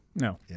no